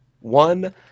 one